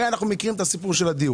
אנחנו הרי מכירים את הסיפור של הדיור.